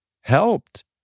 helped